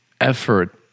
effort